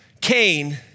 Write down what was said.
Cain